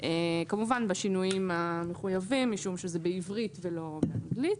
כמובן בשינויים המחויבים משום שזה בעברית ולא באנגלית.